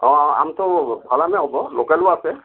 অঁ আমটো ভাল আমেই হ'ব লোকেলো আছে